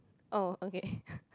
oh okay